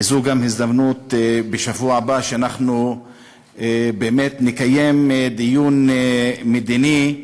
וזאת תהיה גם הזדמנות בשבוע הבא באמת לקיים דיון מדיני,